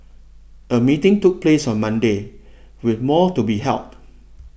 a meeting took place on Monday with more to be held